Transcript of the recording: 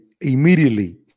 immediately